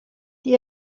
die